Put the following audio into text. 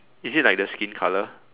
is it like the skin colour